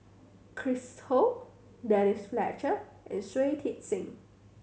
Chris Ho Denise Fletcher and Shui Tit Sing